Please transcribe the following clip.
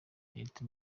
leta